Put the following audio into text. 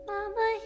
Mama